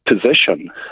position